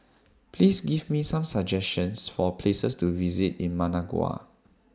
Please Give Me Some suggestions For Places to visit in Managua